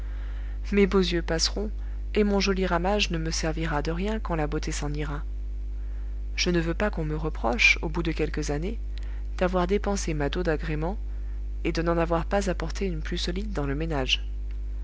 mes beaux yeux passeront et mon joli ramage ne me servira de rien quand la beauté s'en ira je ne veux pas qu'on me reproche au bout de quelques années d'avoir dépensé ma dot d'agréments et de n'en avoir pas apporté une plus solide dans le ménage